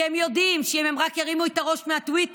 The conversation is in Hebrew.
כי הם יודעים שאם הם רק ירימו את הראש מהטוויטר,